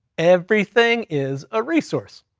everything is a resource.